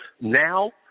Now